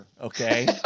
Okay